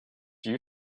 you